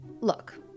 Look